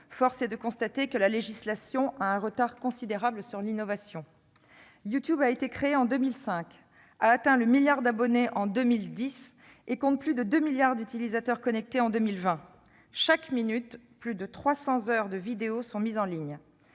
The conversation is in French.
force est de constater que la législation a un retard considérable sur l'innovation. YouTube a été créé en 2005, a atteint le milliard d'abonnés en 2010 et compte plus de 2 milliards d'utilisateurs en 2020. Chaque minute, plus de 300 heures de vidéos sont mises en ligne.